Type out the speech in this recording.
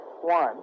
one